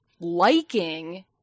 liking